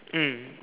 mm